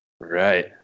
Right